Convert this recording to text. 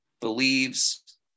believes